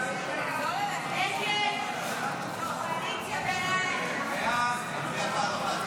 את הצעת חוק תקציב נוסף לשנת הכספים 2024 (מס'